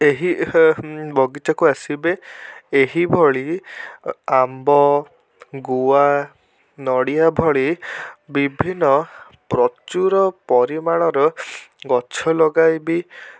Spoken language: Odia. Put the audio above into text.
ଏହି ବଗିଚାକୁ ଆସିବେ ଏହିଭଳି ଆମ୍ବ ଗୁଆ ନଡ଼ିଆ ଭଳି ବିଭିନ୍ନ ପ୍ରଚୁର ପରିମାଣରେ ଗଛ ଲଗାଇବି